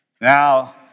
Now